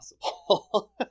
possible